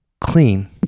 clean